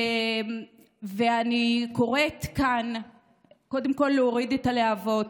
אני קוראת כאן קודם כול להוריד את הלהבות.